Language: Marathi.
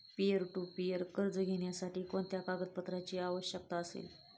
पीअर टू पीअर कर्ज घेण्यासाठी कोणत्या कागदपत्रांची आवश्यकता असेल?